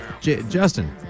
Justin